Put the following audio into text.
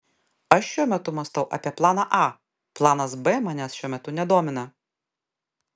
aš šiuo metu mąstau apie planą a planas b manęs šiuo metu nedomina